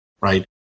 right